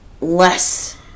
less